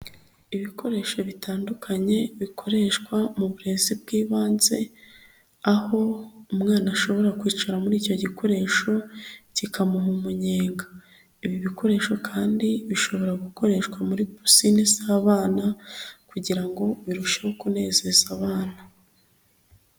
Ibikoresho bitandukanye bikoreshwa mu burezi bw'ibanze aho umwana ashobora kwicara muri icyo gikoresho kikamuha umunyenga, ibi bikoresho kandi bishobora gukoreshwa muri pisinine z'abana kugira ngo birusheho kunezeza abana.